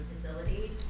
facility